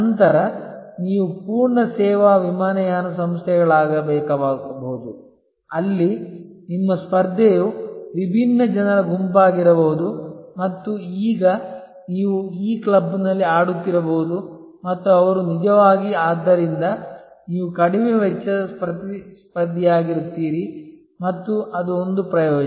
ನಂತರ ನೀವು ಪೂರ್ಣ ಸೇವಾ ವಿಮಾನಯಾನ ಸಂಸ್ಥೆಗಳಾಗಬೇಕಾಗಬಹುದು ಅಲ್ಲಿ ನಿಮ್ಮ ಸ್ಪರ್ಧೆಯು ವಿಭಿನ್ನ ಜನರ ಗುಂಪಾಗಿರಬಹುದು ಮತ್ತು ಆಗ ನೀವು ಈ ಕ್ಲಬ್ನಲ್ಲಿ ಆಡುತ್ತಿರಬಹುದು ಮತ್ತು ಅವರು ನಿಜವಾಗಿ ಆದ್ದರಿಂದ ನೀವು ಕಡಿಮೆ ವೆಚ್ಚದ ಪ್ರತಿಸ್ಪರ್ಧಿಯಾಗುತ್ತೀರಿ ಮತ್ತು ಅದು ಒಂದು ಪ್ರಯೋಜನ